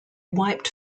wiped